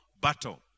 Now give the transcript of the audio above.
battle